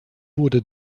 wurde